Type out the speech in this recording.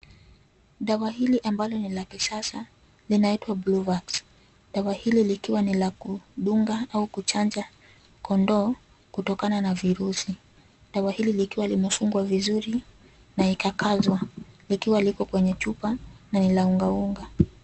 Dawa hili ambalo ni la kisasa linaitwa Bluvax. Dawa hili likiwa ni la kudunga au kuchanja kondoo kutokana na virusi. Dawa hili likiwa limefungwa vizuri na ikakaziwa likiwa liko kwenye chupa na ni la unga unga.